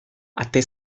ate